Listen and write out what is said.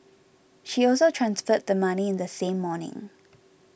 she also transferred the money in the same morning